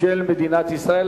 של מדינת ישראל.